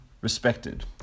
respected